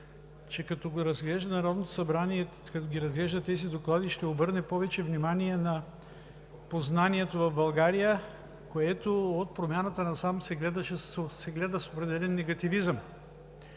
че като го разглежда Народното събрание, като разглежда тези доклади, ще обърне повече внимание на познанието в България, на което от промяната насам се гледа с определен негативизъм.